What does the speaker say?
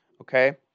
Okay